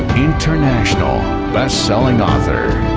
international best-selling author.